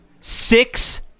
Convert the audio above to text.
Six